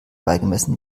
beigemessen